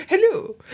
hello